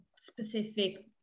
specific